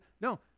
No